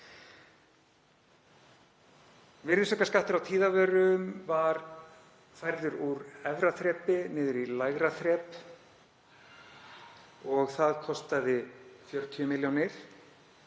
Virðisaukaskattur á tíðavörum var færður úr efra þrepinu niður í lægra þrep og það kostaði 40 milljónir.